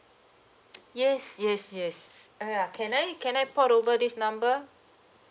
yes yes yes (uh huh) can I can I port over this number